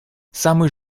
самый